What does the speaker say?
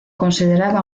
consideraba